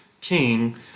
king